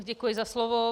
Děkuji za slovo.